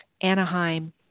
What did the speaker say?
Anaheim